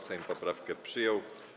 Sejm poprawkę przyjął.